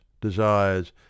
desires